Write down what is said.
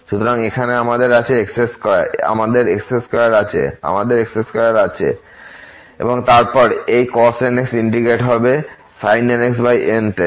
সুতরাং এখানে আমাদের x2 আছে আমাদের x2 আছে এবং তারপর এই cos nx ইন্টিগ্রেট হবে sin nx n তে